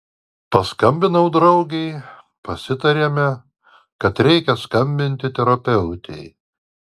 paskambinau draugei pasitarėme kad reikia skambinti terapeutei